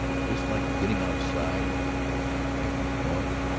just like getting outside and making a noise?